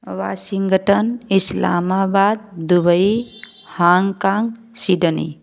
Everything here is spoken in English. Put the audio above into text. Washington Islamabad Dubai Hong Kong Sydney